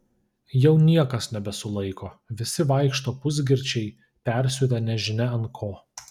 jau niekas nebesulaiko visi vaikšto pusgirčiai persiutę nežinia ant ko